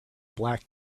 black